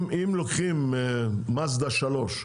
אם לוקחים מאזדה 3,